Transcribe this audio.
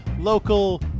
local